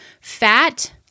fat